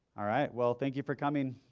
all right. well, thank you for coming.